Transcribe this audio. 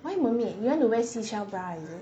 why mermaid you want to wear seashell bra is it